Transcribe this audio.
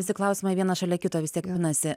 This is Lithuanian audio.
visi klausimai vienas šalia kito vis tiek pinasi